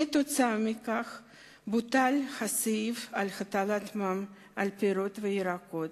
כתוצאה מכך בוטל הסעיף על הטלת מע"מ על פירות וירקות,